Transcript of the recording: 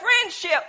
friendship